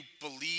believe